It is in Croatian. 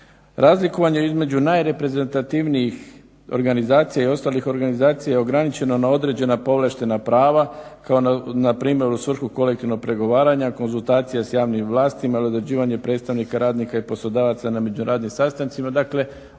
Razlikovanje između najreprezentativnijih organizacija i ostalih organizacija je ograničeno na određena povlaštena prava kao npr. u svrhu kolektivnog pregovaranja, konzultacija s javnim vlastima, određivanje predstavnika radnika i poslodavaca na među … sastancima, dakle